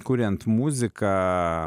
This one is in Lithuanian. kuriant muziką